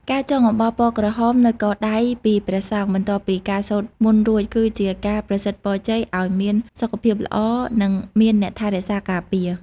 ការចងអំបោះពណ៌ក្រហមនៅកដៃពីព្រះសង្ឃ បន្ទាប់ពីការសូត្រមន្តរួច គឺជាការប្រសិទ្ធពរជ័យឱ្យមានសុខភាពល្អ និងមានអ្នកថែរក្សាការពារ។